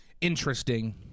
interesting